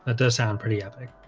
ah does sound pretty epic.